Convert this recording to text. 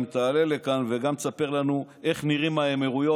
אם תעלה לכאן וגם תספר לנו איך נראות האמירויות,